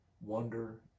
wonder